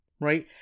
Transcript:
right